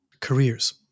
careers